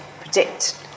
predict